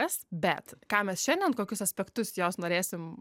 kas bet ką mes šiandien kokius aspektus jos norėsim